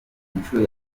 nshuro